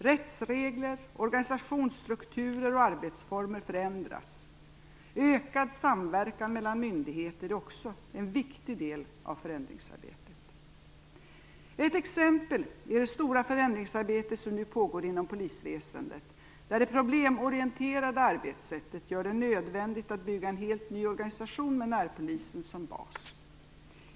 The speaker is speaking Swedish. Rättsregler, organisationsstrukturer och arbetsformer förändras. Ökad samverkan mellan myndigheter är också en viktig del av förändringsarbetet. Ett exempel är det stora förändringsarbete som nu pågår inom polisväsendet där det problemorienterade arbetssättet gör det nödvändigt att bygga en helt ny organisation med närpolisen som bas.